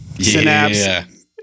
synapse